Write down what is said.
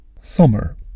Summer